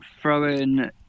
throwing